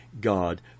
God